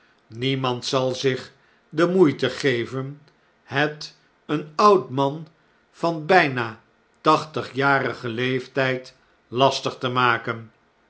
niemand zal zich de moe'ite geven het een oud man van bijna tachtigjarigen leeftjjd lastig te maken